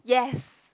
yes